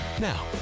Now